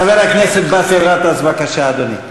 חבר הכנסת באסל גטאס, בבקשה, אדוני.